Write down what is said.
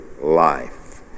life